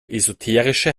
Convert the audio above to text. esoterische